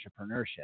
entrepreneurship